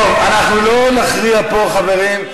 טוב, אנחנו לא נכריע פה, חברים.